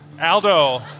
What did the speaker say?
Aldo